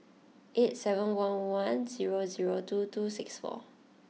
eight seven one one zero zero two two six four